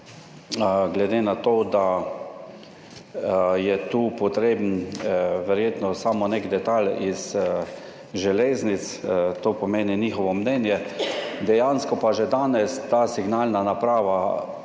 glede na to, da je tu potreben verjetno samo nek detajl Slovenskih železnic, to pomeni njihovo mnenje, dejansko pa že danes ta signalna naprava